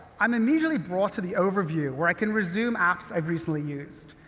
i'm immediately brought to the overview, where i can resume apps i've recently used.